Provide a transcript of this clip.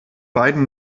beiden